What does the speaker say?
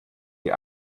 die